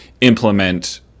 implement